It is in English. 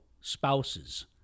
spouses